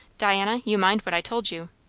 diana, you mind what i told you?